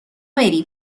بری